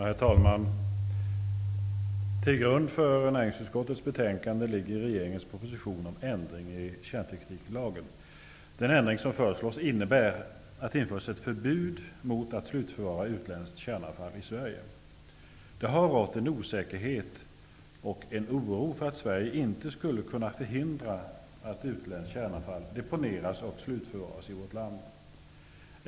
Herr talman! Till grund för näringsutskottets betänkande ligger regeringens proposition om ändring i kärntekniklagen. Den ändring som föreslås innebär att det införs förbud mot att slutförvara utländskt kärnavfall i Sverige. Det har rått en osäkerhet och en oro för att Sverige inte skulle kunna förhindra att utländskt kärnavfall deponeras och slutförvaras i vårt land.